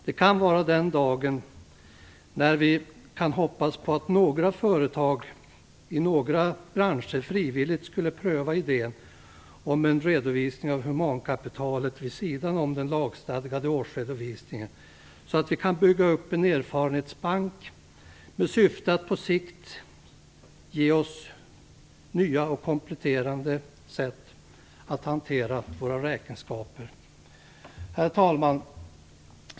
Det kan vara den dagen då vi kan hoppas att några företag i några branscher frivilligt prövar idén om en redovisning av humankapitalet vid sidan om den lagstadgade årsredovisningen. Då kan vi bygga upp en erfarenhetsbank med syfte att på sikt ge oss nya och kompletterande sätt att hantera våra räkenskaper. Herr talman!